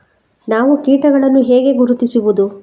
ನಾವು ಕೀಟಗಳನ್ನು ಹೇಗೆ ಗುರುತಿಸುವುದು?